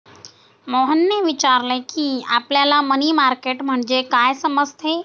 मोहनने विचारले की, आपल्याला मनी मार्केट म्हणजे काय समजते?